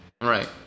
Right